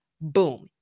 Boom